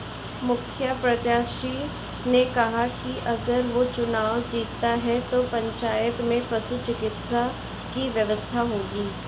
मुखिया प्रत्याशी ने कहा कि अगर वो चुनाव जीतता है तो पंचायत में पशु चिकित्सा की व्यवस्था होगी